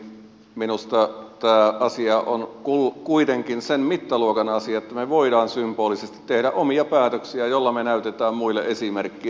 niin kuin sanoin niin minusta tämä asia on kuitenkin sen mittaluokan asia että me voimme symbolisesti tehdä omia päätöksiä joilla me näytämme muille esimerkkiä